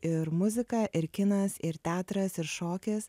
ir muzika ir kinas ir teatras ir šokis